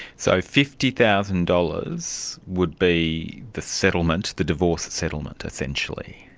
so fifty thousand dollars would be the settlement, the divorce settlement essentially?